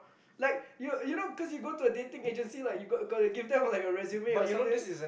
like you you know cause you go to a dating agency then you gotta give them like a resume or something like that